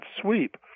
sweep